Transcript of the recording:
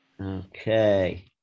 Okay